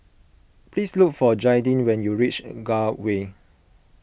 please look for Jaidyn when you reach Gul Way